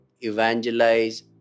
evangelize